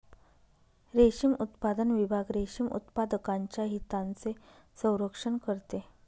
रेशीम उत्पादन विभाग रेशीम उत्पादकांच्या हितांचे संरक्षण करते